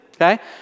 okay